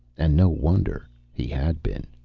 and no wonder. he had been,